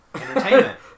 entertainment